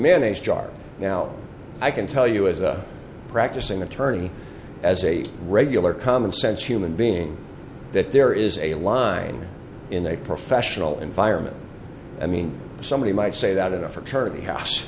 mannish jar now i can tell you as a practicing attorney as a regular commonsense human being that there is a line in a professional environment i mean somebody might say that in a fraternity house